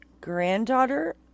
granddaughter